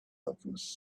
alchemist